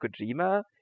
Kojima